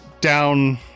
down